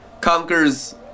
conquers